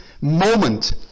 moment